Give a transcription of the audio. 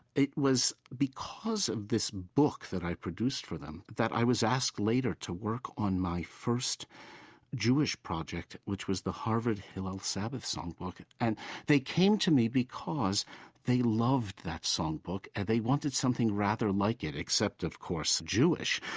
it was because of this book that i produced for them that i was asked later to work on my first jewish project, which was the harvard hillel sabbath songbook. and they came to me because they loved that songbook. and they wanted something rather like it except, of course, jewish.